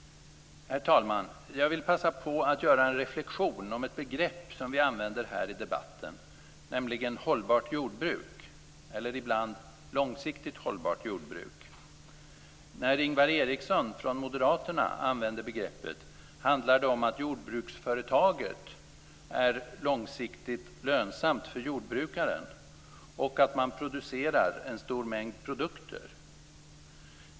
Herr talman! Jag vill passa på att göra en reflexion om ett begrepp som vi använder här i debatten, nämligen hållbart jordbruk, eller ibland långsiktigt hållbart jordbruk. När Ingvar Eriksson, Moderaterna, använder begreppet handlar det om att jordbruksföretaget är långsiktigt lönsamt för jordbrukaren och om att man producerar en stor mängd produkter.